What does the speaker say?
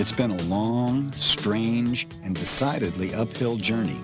it's been a long strange and decidedly uphill journey